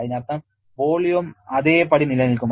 അതിനർത്ഥം വോള്യവും അതേപടി നിലനിൽക്കും